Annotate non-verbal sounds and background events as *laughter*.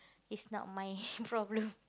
is not my *laughs* problem